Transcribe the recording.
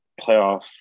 playoff